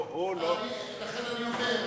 הוא לא בשעת שאלות,